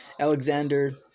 Alexander